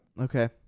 Okay